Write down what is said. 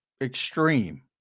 extreme